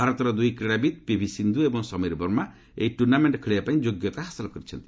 ଭାରତର ଦୁଇ କ୍ରୀଡ଼ାବିତ୍ ପିଭି ସିନ୍ଧୁ ଏବଂ ସମୀର ବର୍ମା ଏହି ଟୁର୍ଣ୍ଣାମେଙ୍କ ଖେଳିବା ପାଇଁ ଯୋଗ୍ୟତା ହାସଲ କରିଛନ୍ତି